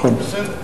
בסדר.